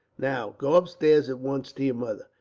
now, go upstairs at once to your mother.